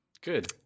Good